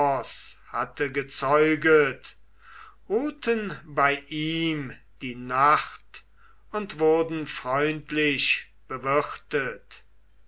hatte gezeuget ruhten bei ihm die nacht und wurden freundlich bewirtet